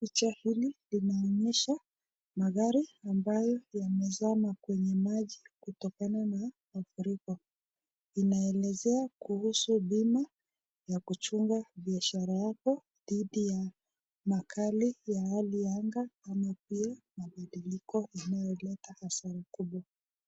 Picha hii linaonyesha magari ambayo yamezama kwenye maji kutokana na mafuriko. Inaelezea kuhusu bima ya kuchunga biashara yako dhidi ya makali ya hali ya anga ama pia mabadiliko yanayoleta hasara kubwa.